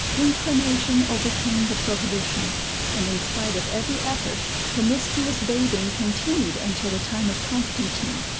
inclination overcame the prohibition and, in spite of every effort, promiscuous bathing continued until the time of constantine,